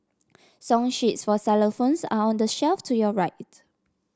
song sheets for xylophones are on the shelf to your right